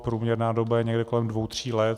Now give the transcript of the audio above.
Průměrná doba je někde kolem dvou tří let.